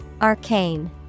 Arcane